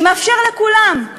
שמאפשר לכולם,